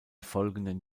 folgenden